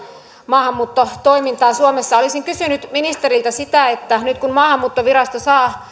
maahanmuuttotoimintaa suomessa olisin kysynyt ministeriltä sitä että nyt kun maahanmuuttovirasto saa